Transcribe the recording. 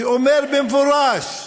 שאומר במפורש,